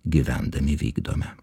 gyvendami vykdome